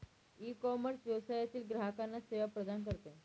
ecommerce व्यवसायातील ग्राहकांना सेवा प्रदान करते